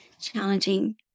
challenging